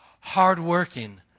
hardworking